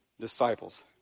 disciples